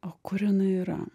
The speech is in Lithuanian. o kur jinai yra